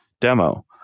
demo